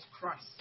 Christ